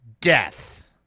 Death